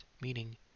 Meaning